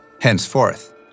Henceforth